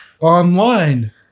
online